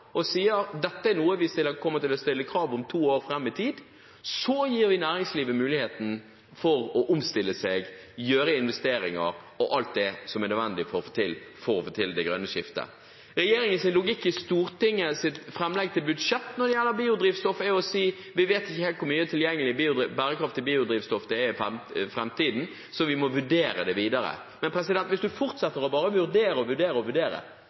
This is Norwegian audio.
og sier at dette er noe vi kommer til å stille krav om to år fram i tid, så gir vi næringslivet muligheten til å omstille seg, gjøre investeringer og alt det som er nødvendig for å få til det grønne skiftet. Regjeringens logikk i framlegg til budsjett til Stortinget når det gjelder biodrivstoff, er å si: Vi vet ikke helt hvor mye tilgjengelig bærekraftig biodrivstoff det er i framtiden, så vi må vurdere det videre. Men hvis en fortsetter bare å vurdere og vurdere og vurdere,